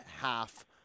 half